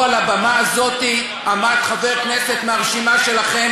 פה על הבמה הזאת עמד חבר כנסת מהרשימה שלכם